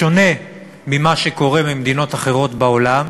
בשונה ממה שקורה במדינות אחרות בעולם,